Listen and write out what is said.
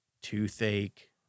toothache